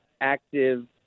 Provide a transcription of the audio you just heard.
active